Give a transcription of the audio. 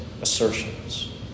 assertions